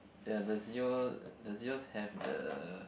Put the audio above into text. the does your does yours have the